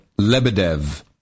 lebedev